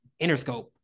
interscope